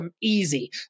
easy